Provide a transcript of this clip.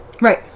Right